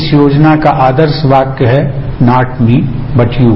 इस योजना का आदर्श वाक्य है नॉट मी बट यू